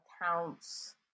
accounts